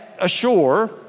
ashore